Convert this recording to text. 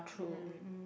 um